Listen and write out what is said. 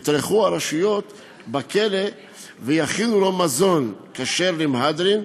יטרחו הרשויות בכלא ויכינו לו מזון כשר למהדרין,